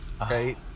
right